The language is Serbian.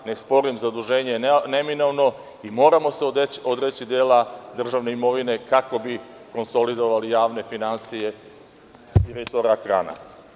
Ne sporim, zaduženje je neminovno, i moramo se odreći dela državne imovine kao bi konsolidovali javne finansije jer je to rak rana.